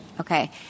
Okay